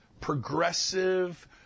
progressive